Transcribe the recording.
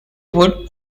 would